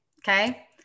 okay